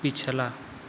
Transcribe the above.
पिछला